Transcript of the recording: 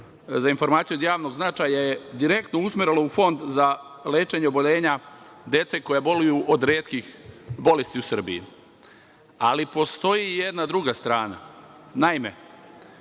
za informaciju od javnog značaja je direktno usmereno u Fond za lečenje oboljenja dece koja boluju od retkih bolesti u Srbiji. Ali, postoji jedna druga strana. Naime,